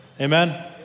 Amen